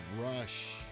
rush